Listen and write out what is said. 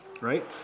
right